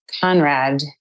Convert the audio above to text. Conrad